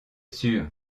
sûr